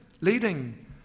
leading